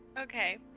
Okay